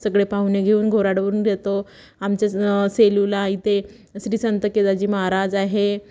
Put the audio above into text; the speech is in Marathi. सगळे पाहुणे घेऊन घोराडवरून येतो आमच्याच सेलूला इथे श्री संत केदाजी महाराज आहे